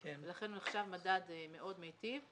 ולכן הוא נחשב מדד מאוד מיטיב.